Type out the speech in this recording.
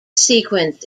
sequence